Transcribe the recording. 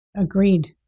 Agreed